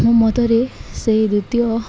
ମୁଁ ମତରେ ସେଇ ଦ୍ୱିତୀୟ